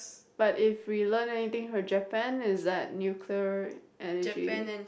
but if we learnt anything from Japan it's that nuclear energy